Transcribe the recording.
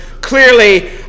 clearly